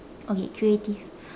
okay creative